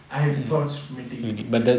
I have thoughts mitigating